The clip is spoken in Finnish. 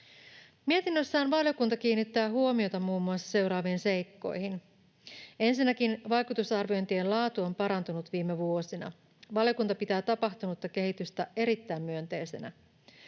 Mietinnössään valiokunta kiinnittää huomiota muun muassa seuraaviin seikkoihin: ensinnäkin vaikutusarviointien laatu on parantunut viime vuosina. Valiokunta pitää tapahtunutta kehitystä erittäin myönteisenä.